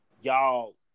y'all